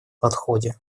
подходе